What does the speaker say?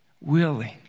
willing